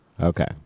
Okay